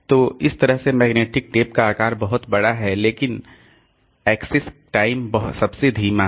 तो उस तरह से मैग्नेटिक टेप का आकार बहुत बड़ा है लेकिन पहुंच का समय सबसे धीमा है